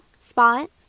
spot